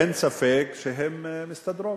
אין ספק שהן מסתדרות,